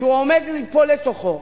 שהוא עומד ליפול לתוכו.